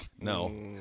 No